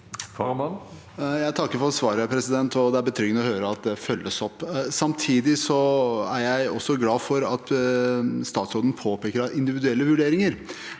Jeg takker for svaret, og det er betryggende å høre at det følges opp. Samtidig er jeg glad for at statsråden påpeker indi viduelle vurderinger